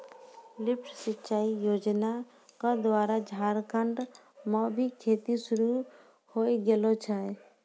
lift सिंचाई योजना क द्वारा झारखंड म भी खेती शुरू होय गेलो छै